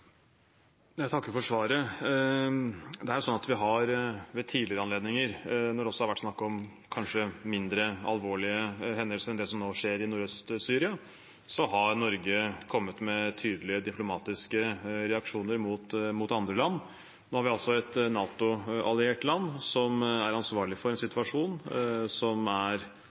Jeg takker for svaret. Også ved tidligere anledninger, når det har vært snakk om kanskje mindre alvorlige hendelser enn det som nå skjer i Nordøst-Syria, har Norge kommet med tydelige diplomatiske reaksjoner mot andre land. Nå har vi altså et NATO-alliert land som er ansvarlig for en situasjon som er